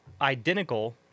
identical